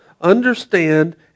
understand